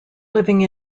living